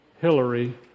Hillary